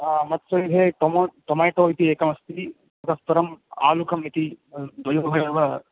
मत्सविधे टोमो टोमेटो इति एकमस्ति ततः परम् आलुकम् इति द्वयोः एव